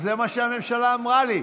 זה מה שהממשלה אמרה לי.